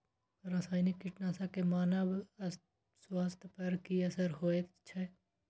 रसायनिक कीटनासक के मानव स्वास्थ्य पर की असर होयत छै?